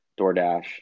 DoorDash